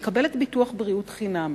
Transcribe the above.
מקבלת ביטוח בריאות חינם.